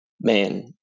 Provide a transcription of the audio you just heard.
man